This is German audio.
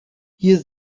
hier